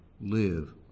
live